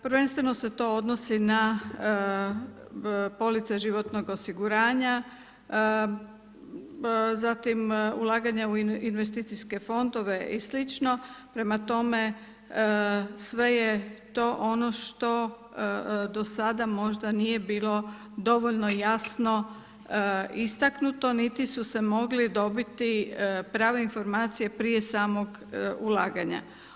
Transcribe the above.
Prvenstveno se to odnosi na police životnog osiguranja, zatim ulaganja u investicijske fondove i slično, prema tome sve je to ono što do sada možda nije bilo dovoljno jasno istaknuto, niti su se mogli dobiti prave informacije prije smog ulaganja.